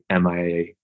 MIA